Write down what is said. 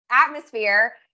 atmosphere